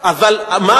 אבל לקחו את,